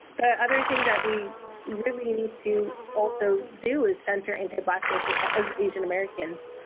the other thing that we really need to also do is center anti-blackness as asian americans,